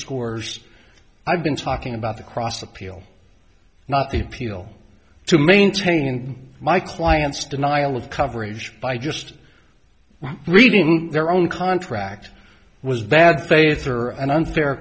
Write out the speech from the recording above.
scores i've been talking about the cross appeal not the peel to maintain my client's denial of coverage by just reading their own contract was bad faith or an unfair